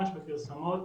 בפרסומות,